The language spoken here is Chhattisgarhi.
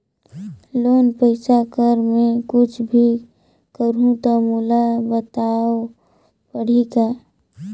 लोन पइसा कर मै कुछ भी करहु तो मोला बताव पड़ही का?